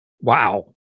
Wow